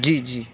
جی جی